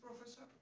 professor